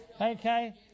Okay